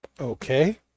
Okay